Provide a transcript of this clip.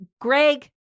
Greg